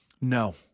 No